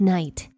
Night